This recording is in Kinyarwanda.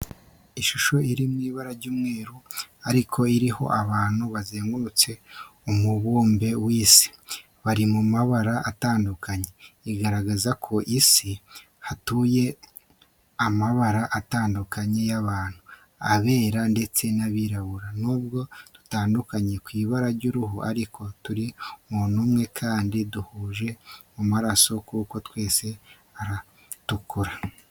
Ishusho iri mu ibara ry'umweru ariko iriho abantu bazengurutse umubumbe w'Isi, bari mu mabara atandukanye. Igaragaza ko ku Isi hatuye amabara atandukanye y'abantu, abera ndetse n'abirabura. Nubwo dutanukaniye ku ibara ry'uruhu ariko turi umuntu umwe kandi duhuriye ku maraso kuko twese aratukura.